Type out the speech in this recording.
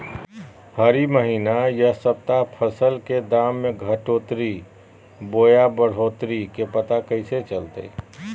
हरी महीना यह सप्ताह फसल के दाम में घटोतरी बोया बढ़ोतरी के पता कैसे चलतय?